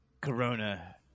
corona